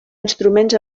instruments